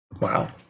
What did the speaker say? Wow